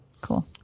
Cool